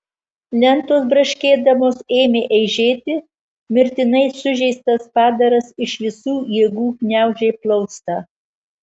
lentos braškėdamos ėmė eižėti mirtinai sužeistas padaras iš visų jėgų gniaužė plaustą